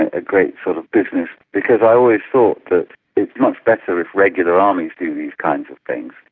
a great sort of business because i always thought that it's much better if regular armies do these kinds of things.